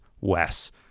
Wes